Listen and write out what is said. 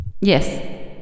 yes